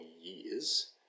years